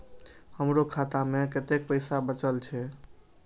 हमरो खाता में कतेक पैसा बचल छे?